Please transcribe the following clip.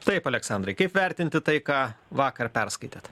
taip aleksandrai kaip vertinti tai ką vakar perskaitėt